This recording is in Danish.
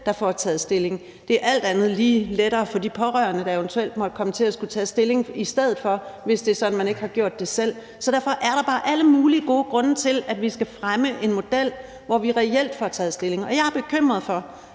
der får taget stilling. Det er alt andet lige lettere for de pårørende, der eventuelt måtte komme til at skulle tage stilling i stedet for, hvis det er sådan, at man ikke har gjort det selv. Derfor er der bare alle mulige gode grunde til, at vi skal fremme en model, hvor vi reelt får taget stilling. Jeg er bekymret for,